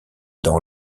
dans